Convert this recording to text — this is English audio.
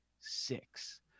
Six